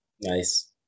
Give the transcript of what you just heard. Nice